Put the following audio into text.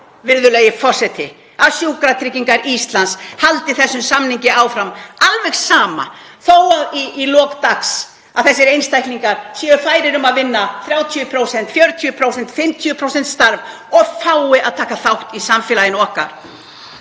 virðulegi forseti, að Sjúkratryggingar Íslands haldi þessum samningi áfram, alveg sama þó að í lok dags séu þessir einstaklingar færir um að vinna 30%, 40%, 50% starf og taka þátt í samfélaginu okkar.